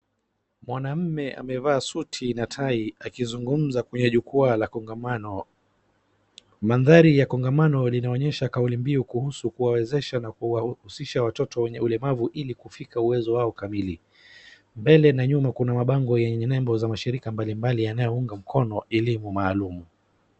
Mwanamume amevaa suti na tai akizungumza kwenye jukwaa la kongamano. Mandhari ya kongamano linaonyesha kauli mbiu kuhusu kuwawezesha na kuwahusisha watoto wenye ulemavu ili kufika uwezo wao kamili. Mbele na nyuma kuna mabango yenye nembo ya mashirika mabalimbali yanaunga mkono ilivyo maalum.